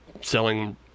selling